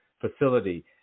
facility